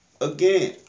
again